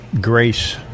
grace